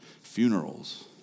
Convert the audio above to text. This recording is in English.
funerals